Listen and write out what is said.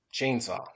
chainsaw